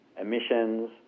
emissions